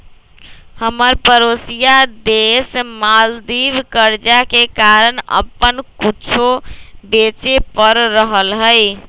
हमर परोसिया देश मालदीव कर्जा के कारण अप्पन कुछो बेचे पड़ रहल हइ